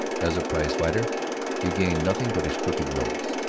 as a prize-fighter he gained nothing but his crooked nose,